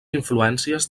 influències